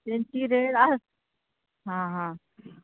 तेंची रेट आसा हां हां